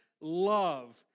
love